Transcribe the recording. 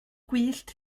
gwyllt